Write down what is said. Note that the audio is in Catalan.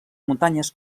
muntanyes